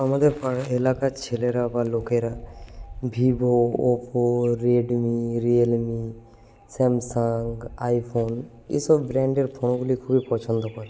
আমাদের পাড়া এলাকার ছেলেরা বা লোকেরা Vivo Oppo Redmi Realme Samsung iPhone এসব ব্র্যান্ডের ফোনগুলি খুবই পছন্দ করে